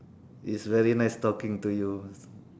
it's very nice talking to you